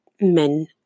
Men